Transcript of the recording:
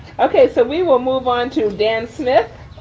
okay, so we will move on to dan smith